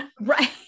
Right